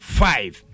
five